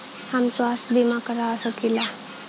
हम स्वास्थ्य बीमा करवा सकी ला?